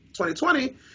2020